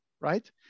right